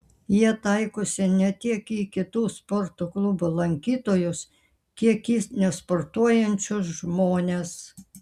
jie taikosi ne tiek į kitų sporto klubų lankytojus kiek į nesportuojančius žmones